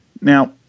Now